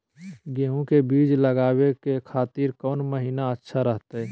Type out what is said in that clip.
गेहूं के बीज लगावे के खातिर कौन महीना अच्छा रहतय?